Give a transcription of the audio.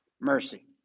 mercy